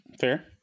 Fair